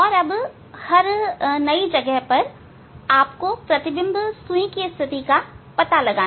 और हर नई जगह पर आपको प्रतिबिंब सुई की स्थिति का पता लगाए